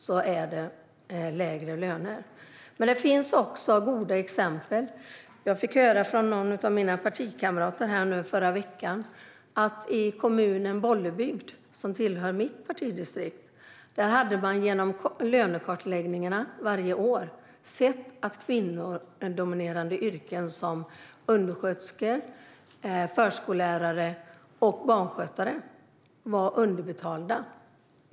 Det finns dock goda exempel också: Jag fick i förra veckan höra från någon av mina partikamrater att man i kommunen Bollebygd, som hör till mitt partidistrikt, genom sina lönekartläggningar varje år sett att kvinnodominerade yrken som undersköterskor, förskollärare och barnskötare var underbetalda.